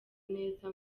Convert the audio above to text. neza